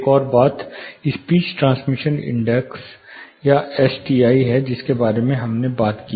एक और बात स्पीच ट्रांसमिशन इंडेक्स या एसटीआई है जिसके बारे में हमने से बात की